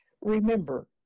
remember